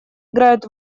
играют